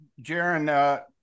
Jaron